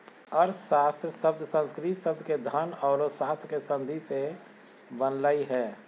अर्थशास्त्र शब्द संस्कृत शब्द के धन औरो शास्त्र के संधि से बनलय हें